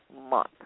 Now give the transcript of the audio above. Month